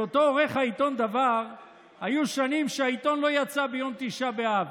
בהיותו עורך העיתון דבר היו שנים שהעיתון לא יצא ביום תשעה באב.